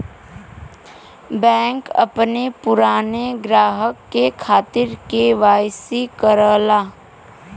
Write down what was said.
bank अपने पुराने ग्राहक के खातिर के.वाई.सी करला